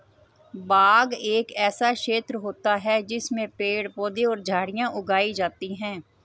बाग एक ऐसा क्षेत्र होता है जिसमें पेड़ पौधे और झाड़ियां उगाई जाती हैं